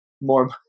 more